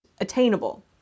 attainable